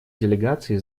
делегации